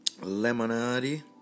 Lemonade